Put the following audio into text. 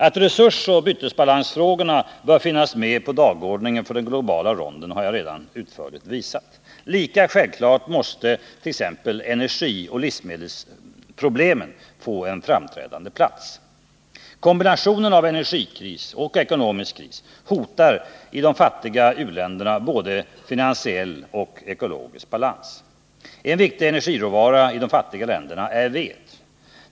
Att resursoch bytesbalansfrågorna bör finnas med på dagordningen för den globala ronden har jag redan utförligt visat. Lika självklart måste t.ex. energioch livsmedelsproblemen få en framträdande plats. Kombinationen av energikris och ekonomisk kris hotar i de fattiga u-länderna både finansiell och ekologisk balans. En viktig energiråvara i de fattiga länderna är ved.